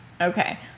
okay